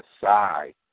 side